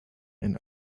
and